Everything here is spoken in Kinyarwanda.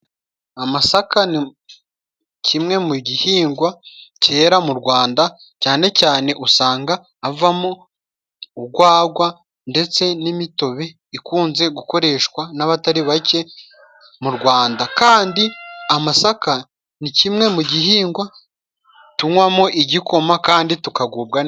Amasaka ni kimwe mu gihingwa cyera mu Rwanda cyane cyane usanga avamo ugwagwa ndetse n'imitobe ikunze gukoreshwa n'abatari bake mu Rwanda, kandi amasaka ni kimwe mu gihingwa tunywamo igikoma kandi tukagubwa neza.